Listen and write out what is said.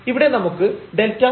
ഇവിടെ നമുക്ക് Δy2 ഉം ഉണ്ട്